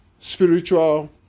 spiritual